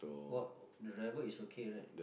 what the driver is okay right